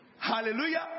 hallelujah